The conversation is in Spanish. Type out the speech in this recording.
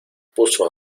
puso